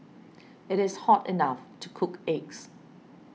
it is hot enough to cook eggs